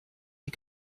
die